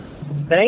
Thank